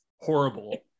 horrible